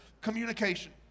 communication